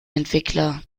entwickler